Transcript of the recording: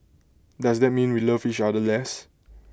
does that mean we love each other less